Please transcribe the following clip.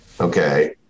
okay